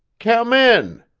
come in!